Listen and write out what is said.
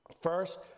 First